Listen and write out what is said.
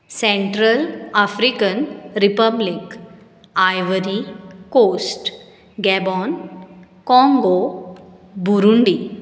central African Republic Ivory Coast Gabon काँगो Burundi